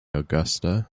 augusta